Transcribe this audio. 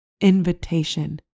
invitation